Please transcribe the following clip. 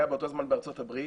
הוא היה באותו זמן בארצות הברית.